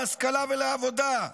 להשכלה ולעבודה?